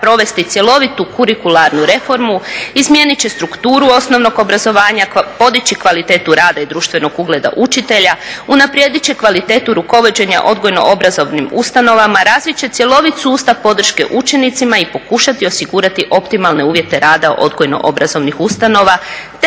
provesti cjelovitu kurikularnu reformu, izmijeniti će strukturu osnovnog obrazovanja, podići kvalitetu rada i društvenog ugleda učitelja, unaprijediti će kvalitetu rukovođenja odgojno obrazovnim ustanovama, razviti će cjelovit sustav podrške učenicima i pokušati osigurati optimalne uvjete rada odgojno obrazovnih ustanova